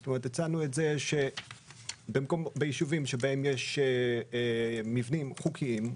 זאת אומרת הצענו את זה שביישובים שבהם יש מבנים חוקיים,